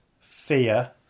fear